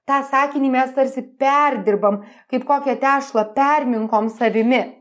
tą sakinį mes tarsi perdirbam kaip kokią tešlą permirkom savimi